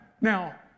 now